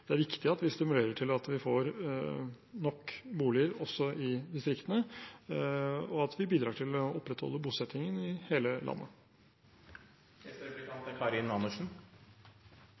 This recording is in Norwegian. det er viktig at vi stimulerer til at vi får nok boliger også i distriktene, og at vi bidrar til å opprettholde bosettingen i hele landet. Først er